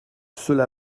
cela